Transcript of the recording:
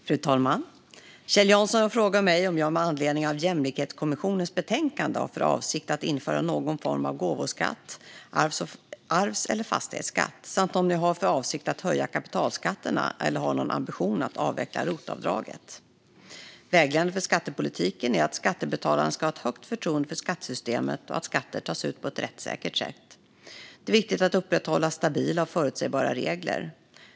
Fru talman! Kjell Jansson har frågat mig om jag med anledning av Jämlikhetskommissionens betänkande har för avsikt att införa någon form av gåvoskatt, arvsskatt eller fastighetsskatt samt om jag har för avsikt att höja kapitalskatterna eller har någon ambition att avveckla rotavdraget. Vägledande för skattepolitiken är att skattebetalarna ska ha ett högt förtroende för skattesystemet och att skatter tas ut på ett rättssäkert sätt. Det är viktigt att upprätthålla stabila och förutsägbara regler.